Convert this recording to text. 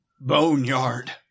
boneyard